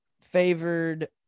favored